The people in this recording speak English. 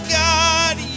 god